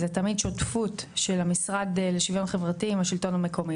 זה תמיד שותפות של המשרד לשוויון חברתי עם השלטון המקומי